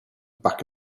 back